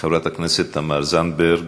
חברת הכנסת תמר זנדברג,